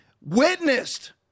witnessed